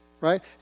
right